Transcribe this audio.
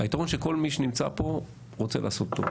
היתרון של כל מי שנמצא פה, רוצה לעשות טוב.